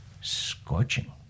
scorching